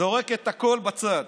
זורק את הכול בצד.